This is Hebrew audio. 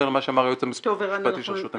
למה שאמר היועץ המשפטי של רשות המסים.